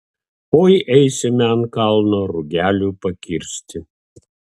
oi eisime ant kalno rugelių pakirsti